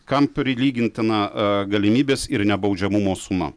kam prilygintina galimybės ir nebaudžiamumo suma